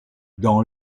dans